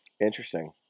Interesting